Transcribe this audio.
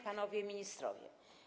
Panowie Ministrowie!